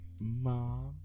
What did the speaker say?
mom